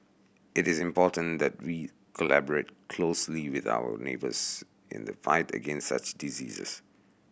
it is important that we collaborate closely with our neighbours in the fight against such diseases